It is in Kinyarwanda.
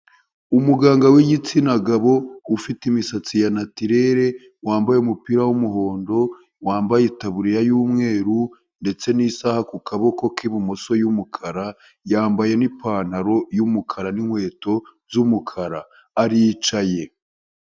Umuganga w'igitsina gabo ufite imisatsi ya natirere wambaye umupira w'umuhondo, wambaye itaburiya y'umweru ndetse n'isaha ku kaboko k'ibumoso y'umukara, yambaye n'ipantaro y'umukara n'inkweto z'umukara, aricaye.